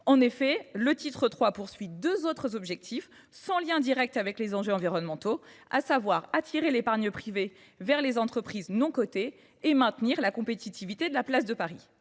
En effet, le titre III traduit plutôt deux autres objectifs, sans lien direct avec les enjeux environnementaux : attirer l'épargne privée vers les entreprises non cotées et maintenir la compétitivité de la place de Paris.